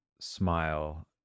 smile